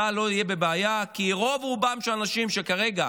צה"ל לא יהיה בבעיה כי רוב-רובם של האנשים שכרגע